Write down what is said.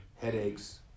headaches